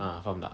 ah faham tak